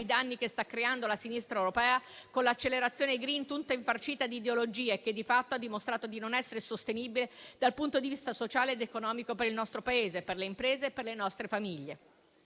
danni che sta creando la sinistra europea con l'accelerazione *green*, tutta infarcita di ideologia ma che, di fatto, ha dimostrato di non essere sostenibile dal punto di vista sociale ed economico per il nostro Paese, per le imprese e per le nostre famiglie.